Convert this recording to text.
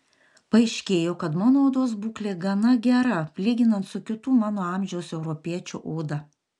paaiškėjo kad mano odos būklė gana gera lyginant su kitų mano amžiaus europiečių oda